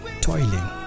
toiling